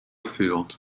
field